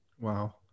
wow